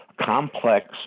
complex